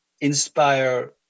inspire